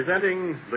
Presenting